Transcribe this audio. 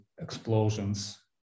explosions